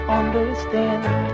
understand